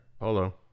Hello